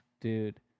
Dude